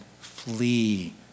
flee